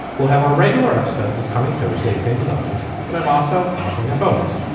we'll have our regular episode this coming thursday same as always but i'm also offering a bonus.